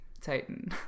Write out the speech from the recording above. Titan